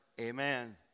Amen